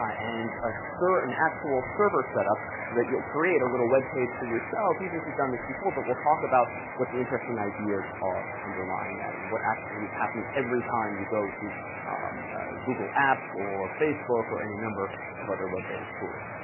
ah and ah an actual server set up so that you'll create a little web page for yourself, even if you've done this before. but we'll talk about what the interesting ideas are underlying that and what actually is happening every time you go to google apps, or facebook, or any number of other web-based tools.